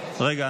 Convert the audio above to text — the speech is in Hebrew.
רגע,